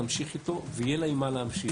תמשיך איתו ויהיה לה עם מה להמשיך.